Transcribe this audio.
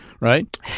right